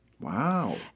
wow